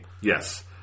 Yes